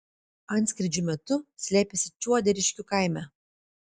antskrydžių metu slėpėsi čiuoderiškių kaime